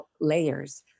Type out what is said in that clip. layers